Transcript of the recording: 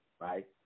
right